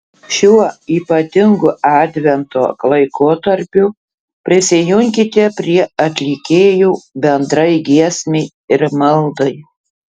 šiuo ypatingu advento laikotarpiu prisijunkite prie atlikėjų bendrai giesmei ir maldai